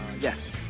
Yes